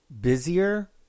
busier